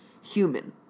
human